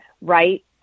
right